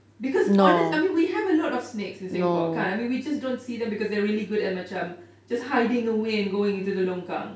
because honest~ I mean we have a lot of snakes in singapore kan I mean we just don't see them because they are really good at macam just hiding away and going into the longkang